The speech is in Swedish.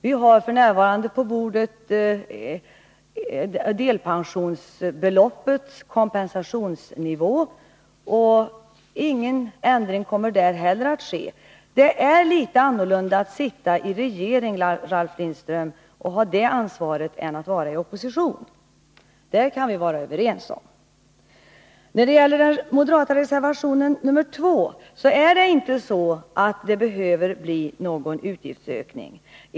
F. n. ligger ett ärende om kompensationsnivån för delpensionsbeloppet på riksdagens bord. Inte heller där kommer någon ändring att ske. Det är, Ralf Lindström, skillnad mellan att sitta i regeringen och ha ansvaret och att vara i opposition. Förslaget i reservation 2 innebär inte att det behöver bli någon utgiftsökning.